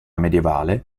medievale